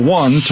one